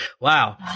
wow